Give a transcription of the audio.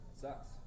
sucks